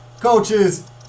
coaches